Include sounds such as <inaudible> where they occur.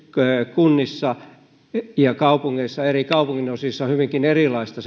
kunnissa kaupungeissa ja eri kaupunginosissa hyvinkin erilaista <unintelligible>